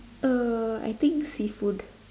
uh I think seafood